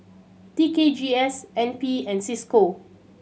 T K G S N P and Cisco